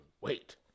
wait